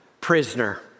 prisoner